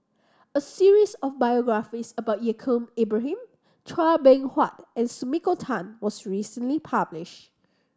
a series of biographies about Yaacob Ibrahim Chua Beng Huat and Sumiko Tan was recently published